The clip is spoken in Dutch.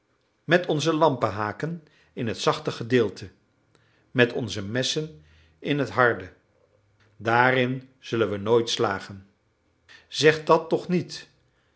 met onze lampehaken in het zachte gedeelte met onze messen in het harde daarin zullen we nooit slagen zeg dat toch niet